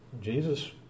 Jesus